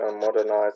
modernize